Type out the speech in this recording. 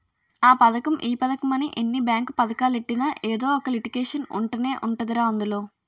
ఆ పదకం ఈ పదకమని ఎన్ని బేంకు పదకాలెట్టినా ఎదో ఒక లిటికేషన్ ఉంటనే ఉంటదిరా అందులో